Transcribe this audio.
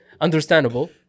Understandable